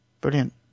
Brilliant